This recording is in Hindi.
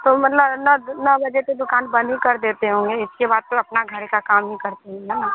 तो मतलब नौ बजे से दुक़ान बन्द ही कर देते होंगे इसके बाद तो अपना घर का काम ही करते होंगे ना